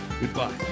Goodbye